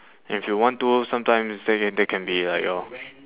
and if you want to sometimes they can they can be like your